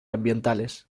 ambientales